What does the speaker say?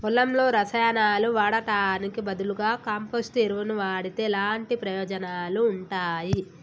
పొలంలో రసాయనాలు వాడటానికి బదులుగా కంపోస్ట్ ఎరువును వాడితే ఎలాంటి ప్రయోజనాలు ఉంటాయి?